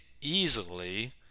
easily